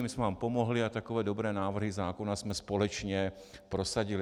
My jsme vám pomohli a takové dobré návrhy zákona jsme společně prosadili.